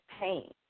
pain